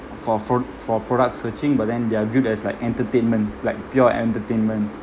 for fruit for products searching but then they're good as like entertainment like pure entertainment